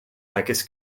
megis